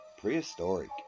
prehistoric